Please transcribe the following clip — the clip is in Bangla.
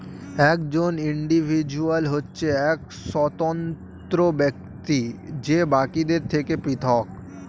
একজন ইন্ডিভিজুয়াল হচ্ছে এক স্বতন্ত্র ব্যক্তি যে বাকিদের থেকে পৃথক